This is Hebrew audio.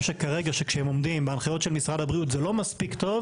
שכרגע שכשהם עומדים בהנחיות של משרד הבריאות זה לא מספיק טוב